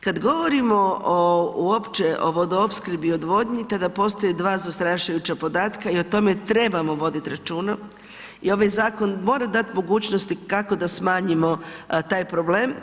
Kad govorimo o uopće o vodoopskrbi i odvodnji te da postoje dva zastrašujuća podatka i o tome trebamo voditi računa i ovaj zakon mora dati mogućnosti kako da smanjimo taj problem.